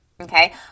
Okay